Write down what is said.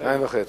2.5 מיליון.